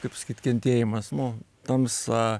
kaip pasakyt kentėjimas nu tamsa